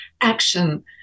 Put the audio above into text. action